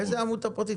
איזו עמותה פרטית?